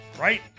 right